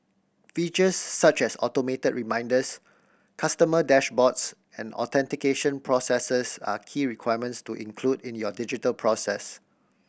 features such as automated reminders customer dashboards and authentication processes are key requirements to include in your digital process